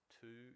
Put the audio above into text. two